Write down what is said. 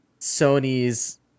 Sony's